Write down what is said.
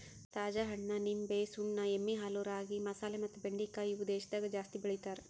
ತಾಜಾ ಹಣ್ಣ, ನಿಂಬೆ, ಸುಣ್ಣ, ಎಮ್ಮಿ ಹಾಲು, ರಾಗಿ, ಮಸಾಲೆ ಮತ್ತ ಬೆಂಡಿಕಾಯಿ ಇವು ದೇಶದಾಗ ಜಾಸ್ತಿ ಬೆಳಿತಾರ್